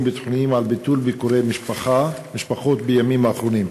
ביטחוניים על ביטול ביקורי משפחות בימים האחרונים,